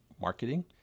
marketing